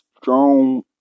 strong